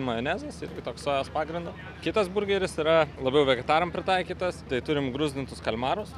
majonezas irgi toks sojos pagrindu kitas burgeris yra labiau vegetaram pritaikytas tai turim gruzdintus kalmarus